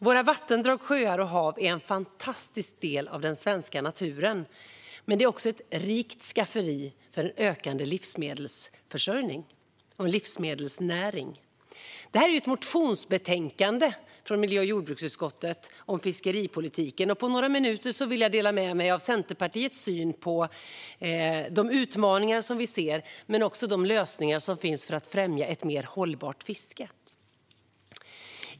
Våra vattendrag, sjöar och hav är en fantastisk del av den svenska naturen, men det är också ett rikt skafferi för en ökande livsmedelsförsörjning och livsmedelsnäring. Det här är ju ett motionsbetänkande från miljö och jordbruksutskottet om fiskeripolitiken. På några minuter vill jag dela med mig av Centerpartiets syn på de utmaningar som vi ser men också de lösningar som finns för att främja ett mer hållbart fiske.